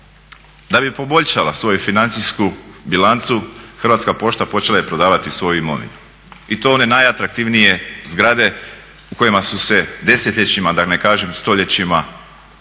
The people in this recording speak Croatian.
Da bi poboljšala svoju financijsku bilancu Hrvatska pošta počela je prodavati svoju imovinu i to one najatraktivnije zgrade u kojima su se desetljećima, da ne kažem stoljećima